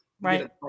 right